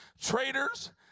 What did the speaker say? traitors